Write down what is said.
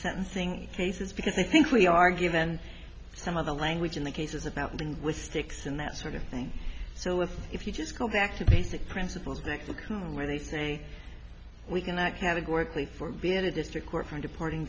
sentencing cases because i think we are given some of the language in the cases about linguistics and that sort of thing so with if you just go back to basic principles of mexico where they say we can act categorically for being a district court from departing